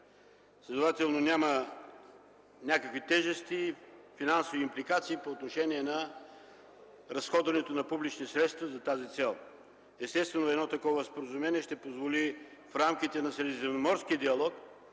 Следователно няма някакви тежести и финансови импликации по отношение на разходването на публични средства за тази цел. Естествено, такова споразумение ще позволи в рамките на средиземноморския диалог,